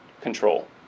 control